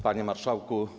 Panie Marszałku!